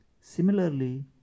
Similarly